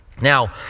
Now